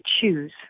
choose